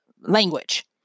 language